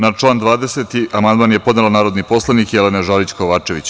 Na član 20. amandman je podnela narodni poslanik Jelena Žarić Kovačević.